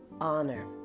honor